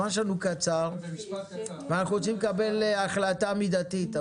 הזמן שלנו קצר ואנחנו רוצים לקבל החלטה מידתית.